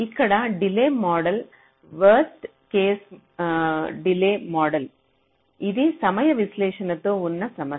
ఇక్కడ delay model worst case delay model ఇది సమయ విశ్లేషణతో ఉన్న సమస్య